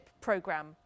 program